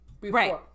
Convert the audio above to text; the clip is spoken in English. Right